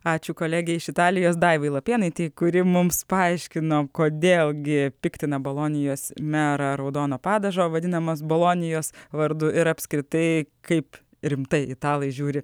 ačiū kolegei iš italijos daivai lapėnaitei kuri mums paaiškino kodėl gi piktina bolonijos merą raudono padažo vadinamas bolonijos vardu ir apskritai kaip rimtai italai žiūri